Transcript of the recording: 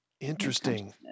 Interesting